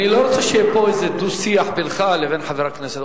אני לא רוצה שיהיה פה איזה דו-שיח בינך לבין חבר הכנסת.